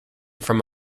from